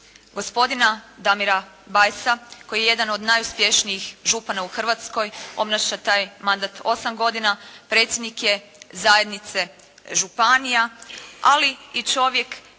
Gospodina Damira Bajsa koji je jedan od najuspješnijih župana u Hrvatskoj. Obnaša taj mandat 8 godina, predsjednik je Zajednice županija, ali i čovjek